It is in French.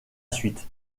suite